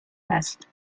است